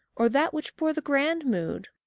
or that which bore the grand mood,